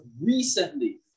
recently